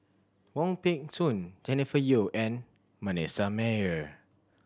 Wong Peng Soon Jennifer Yeo and Manasseh Meyer